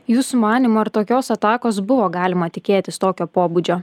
jūsų manymu ar tokios atakos buvo galima tikėtis tokio pobūdžio